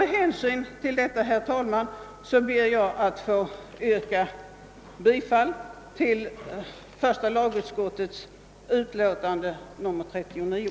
Med hänsyn till detta, herr talman, ber jag att få yrka bifall till första lagutskottets hemställan i dess utlåtande nr 39.